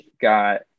got